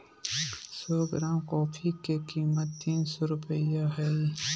सो gram coffee के कीमत तीन सो रुपया हइ